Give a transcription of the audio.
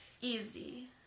easy